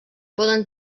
poden